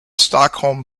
stockholm